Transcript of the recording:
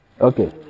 okay